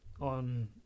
on